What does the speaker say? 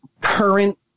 current